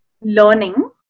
learning